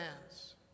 hands